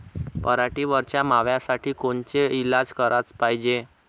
पराटीवरच्या माव्यासाठी कोनचे इलाज कराच पायजे?